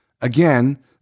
Again